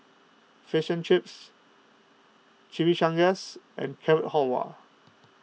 Fish and Chips Chimichangas and Carrot Halwa